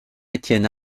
etienne